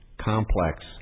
complex